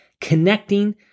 connecting